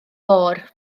fôr